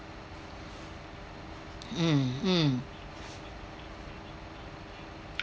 mm mm